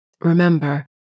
Remember